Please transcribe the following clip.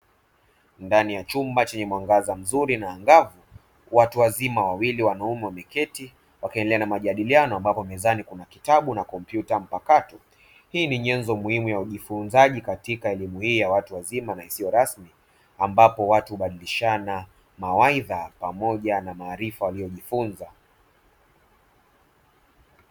Ndani ya chumba chenye mwangaza mzuri, watu wazima wawili wameketi wakiendelea na majadiliano, ambapo mezani kuna kitabu na kompyuta; hii ni nyenzo muhimu ya ujifunzaji katika elimu ya watu wazima isiyo rasmi, ambapo watu hubadilishana mawaidha pamoja na maarifa waliyoyajifunza.